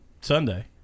Sunday